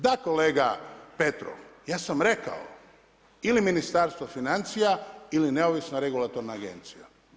Da kolega Petrov, ja sam rekao ili Ministarstvo financija ili neovisna regulatorna agencija.